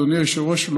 אדוני היושב-ראש,